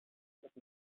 with